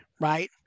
Right